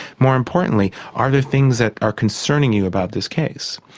more importantly, are there things that are concerning you about this case?